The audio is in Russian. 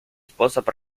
способ